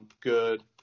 good